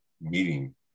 meeting